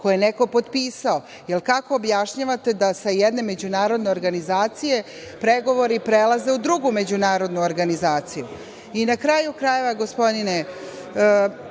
koje je neko potpisao. Kako objašnjavate da sa jedne međunarodne organizacije pregovori prelaze u drugu međunarodnu organizaciju? Na kraju krajeva, gospodine